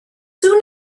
soon